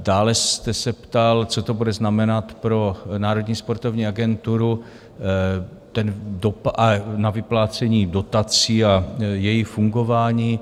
Dále jste se ptal, co to bude znamenat pro Národní sportovní agenturu, dopad na vyplácení dotací a její fungování.